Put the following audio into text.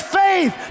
faith